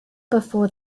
before